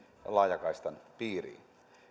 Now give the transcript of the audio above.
laajakaistan piiriin